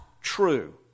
true